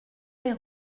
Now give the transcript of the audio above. les